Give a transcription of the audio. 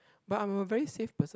but I'm a very safe person